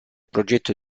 progetto